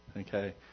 Okay